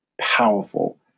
powerful